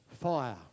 fire